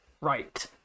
right